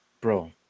Bro